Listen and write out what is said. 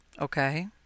Okay